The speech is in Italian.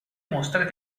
mostre